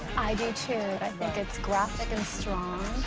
i do too! i think it's graphic and strong.